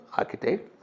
architect